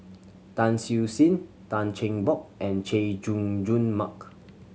Tan Siew Sin Tan Cheng Bock and Chay Jung Jun Mark